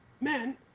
men